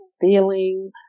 feeling